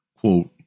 Quote